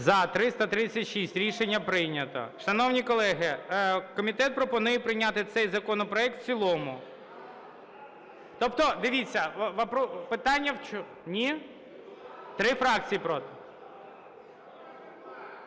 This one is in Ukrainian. За-336 Рішення прийнято. Шановні колеги, комітет пропонує прийняти цей законопроект в цілому. Тобто, дивіться, питання... Ні? Три фракції проти.